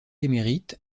émérite